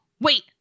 wait